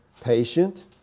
patient